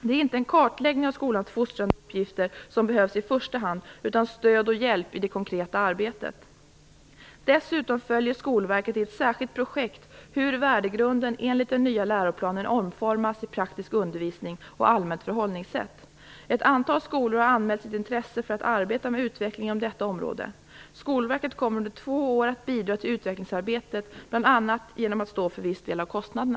Det är inte en kartläggning av skolans fostrande uppgifter som behövs i första hand, utan stöd och hjälp i det konkreta arbetet. Dessutom följer Skolverket i ett särskilt projekt hur värdegrunden enligt den nya läroplanen omformas i praktisk undervisning och allmänt förhållningssätt. Ett antal skolor har anmält sitt intresse för att arbeta med utveckling inom detta område. Skolverket kommer under två år att bidra till utvecklingsarbetet genom att bl.a. stå för viss del av kostnaderna.